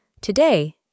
Today